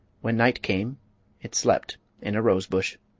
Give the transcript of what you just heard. when night came it slept in a rose bush.